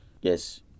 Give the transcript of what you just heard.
Yes